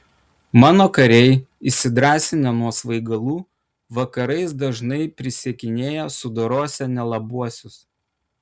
mano kariai įsidrąsinę nuo svaigalų vakarais dažnai prisiekinėja sudorosią nelabuosius